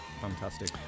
Fantastic